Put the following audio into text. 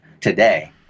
today